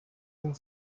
and